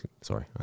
Sorry